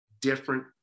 different